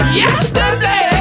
yesterday